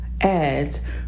ads